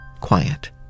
quiet